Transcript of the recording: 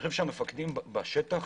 אני חושב שהמפקדים בשטח